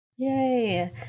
Yay